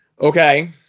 Okay